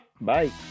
Bye